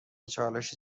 چالش